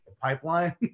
pipeline